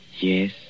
yes